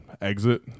exit